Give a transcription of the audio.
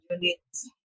units